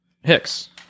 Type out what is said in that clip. Hicks